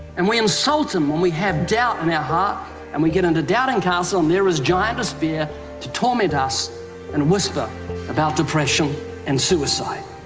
and we insult him when we have doubt in our heart and we get into doubting castle, and there is giant despair to torment us and whisper about depression and suicide.